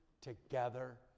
together